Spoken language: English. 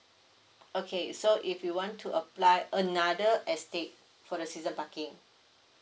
okay so if you want to apply another estate for the season parking